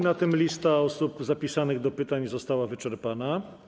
Na tym lista osób zapisanych do pytań została wyczerpana.